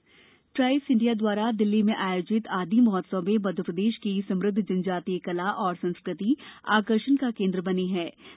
आदि Mahotsav Tribes India द्वारा दिल्ली में आयोजित आदि महोत्सव में मध्य प्रदेश की समृद्ध जनजातीय कला और संस्कृति आकर्षण का केन्द्र बने हए हैं